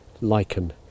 Lichen